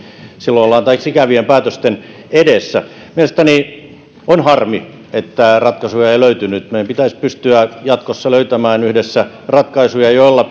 silloin ollaan taas ikävien päätösten edessä mielestäni on harmi että ratkaisuja ei löytynyt meidän pitäisi pystyä jatkossa löytämään yhdessä ratkaisuja joilla